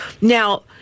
Now